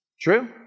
True